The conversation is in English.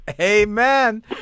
Amen